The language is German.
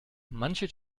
manche